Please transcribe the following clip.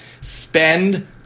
Spend